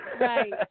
Right